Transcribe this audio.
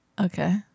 Okay